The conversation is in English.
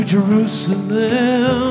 Jerusalem